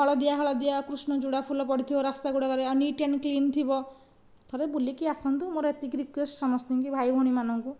ହଳଦିଆ ହଳଦିଆ କୃଷ୍ଣଚୁଡ଼ା ଫୁଲ ପଡ଼ିଥିବ ରାସ୍ତାଗୁଡ଼ାକରେ ନିଟ ଏଣ୍ଡ କ୍ଲିନ ଥିବ ଥରେ ବୁଲିକି ଆସନ୍ତୁ ମୋର ଏତିକି ରିକୁଏସ୍ଟ ସମସ୍ତଙ୍କୁ ଭାଇ ଓ ଭଉଣୀ ମାନଙ୍କୁ